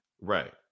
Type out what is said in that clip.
Right